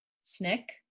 Snick